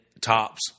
tops